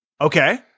Okay